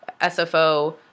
SFO